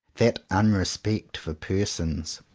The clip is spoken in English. that unrespect for persons!